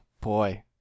boy